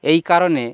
এই কারণে